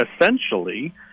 essentially